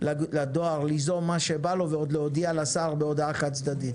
לדואר ליזום מה שבא לו ועוד להודיע לשר בהודעה חד-צדדית,